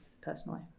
personally